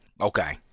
okay